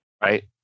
right